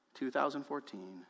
2014